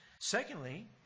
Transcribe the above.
secondly